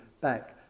back